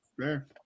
fair